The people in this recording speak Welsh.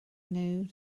nhw